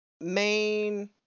main